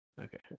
Okay